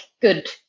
good